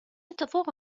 اتفاق